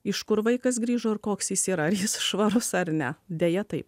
iš kur vaikas grįžo ir koks jis yra ar jis švarus ar ne deja taip